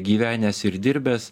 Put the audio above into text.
gyvenęs ir dirbęs